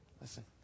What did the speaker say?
Listen